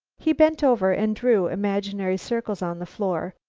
he bent over and drew imaginary circles on the floor,